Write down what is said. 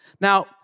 Now